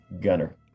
Gunner